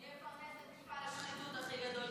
מי יפרנס את מפעל השחיתות הכי גדול,